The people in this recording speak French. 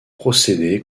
procédés